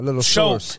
show